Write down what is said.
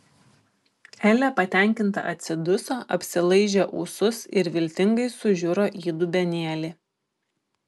elė patenkinta atsiduso apsilaižė ūsus ir viltingai sužiuro į dubenėlį